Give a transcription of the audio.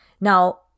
Now